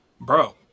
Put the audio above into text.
bro